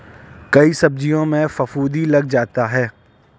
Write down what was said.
कई सब्जियों में फफूंदी लग जाता है